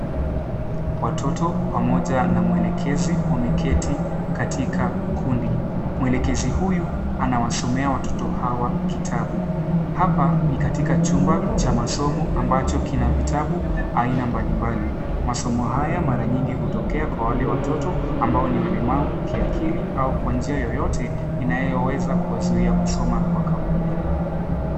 Watoto pamoja na mwelekezi wameketi katika kundi. Mwelekezi huyu anawasomea watoto hawa kitabu. Hapa ni katika chumba cha masomo ambacho kina vitabu aina mbalimbali. Masomo haya mara nyingi hutokea kwa wale watoto ambao ni walemavu kiakili au kwa njia yoyote inayoweza kuwazuia kusoma kwa kawaida.